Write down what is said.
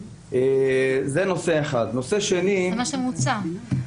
זה מה שמוצע.